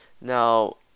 now